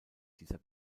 dieser